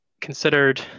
considered